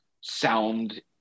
sound